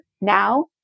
now